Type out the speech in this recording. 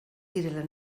direla